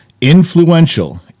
influential